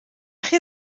chi